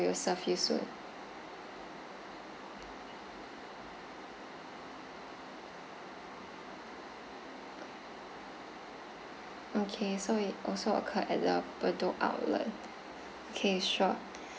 we will serve you soon okay so it also occurred at the bedok outlet okay sure